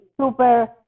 super